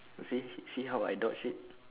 we see see how I dodge it